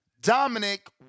Dominic